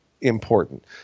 important